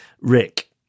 rick